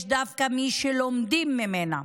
יש דווקא מי שלומדים ממנה,